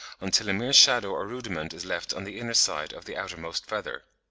until a mere shadow or rudiment is left on the inner side of the outermost feather.